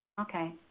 Okay